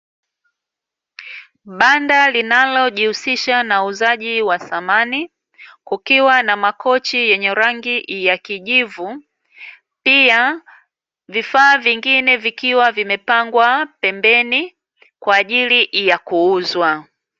Banda linalojihusisha na uuzaji wa samani, kukiwa na makochi yenye rangi ya kijivu, pia vifaa vingine vikiwa vimepangwa pembeni kwa ajili ya kuuzwa.